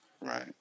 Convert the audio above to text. Right